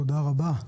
תודה רבה.